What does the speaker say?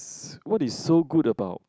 what is so good about